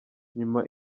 nyuma